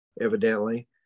evidently